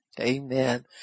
Amen